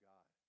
God